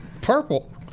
Purple